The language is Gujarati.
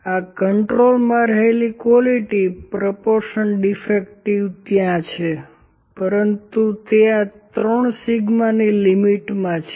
આ કન્ટ્રોલમાં રહેલી ક્વોલિટિ પ્રોપોર્શન ડિફેક્ટિવ ત્યાં છે પરંતુ તે આ 3 σ ની લિમિટમાં છે